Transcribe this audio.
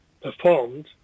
performed